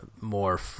more